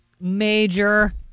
Major